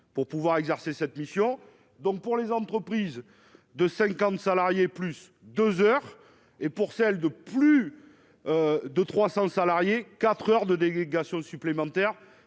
pour pouvoir exercer cette mission donc pour les entreprises de 50 salariés plus 2 heures et pour celles de plus de 300 salariés 4 heures de délégation supplémentaires,